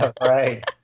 Right